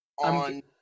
on